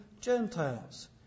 Gentiles